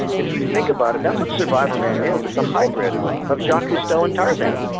if you think about it that's what survivorman is, it's a hybrid of jacques cousteau and tarzan.